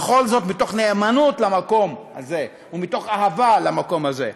וכל זאת מתוך נאמנות למקום הזה ומתוך אהבה למקום הזה.